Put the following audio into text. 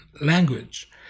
language